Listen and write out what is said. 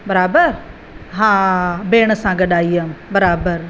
बराबरि हा भेण सां गॾु आई हुयमि बराबरि